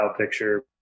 picture